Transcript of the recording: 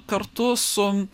kartu su